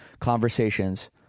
conversations